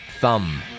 Thumb